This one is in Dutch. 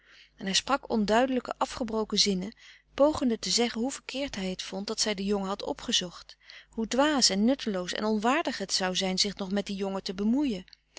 en hij sprak onduidelijke afgebroken zinnen pogende te zeggen hoe verkeerd hij het vond dat zij den jongen had opgezocht hoe dwaas en nutteloos en onwaardig het zou zijn zich nog met dien jongen te bemoeien